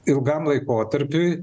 ilgam laikotarpiui